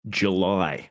july